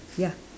ya